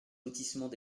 lotissement